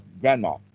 grandma